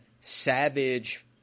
savage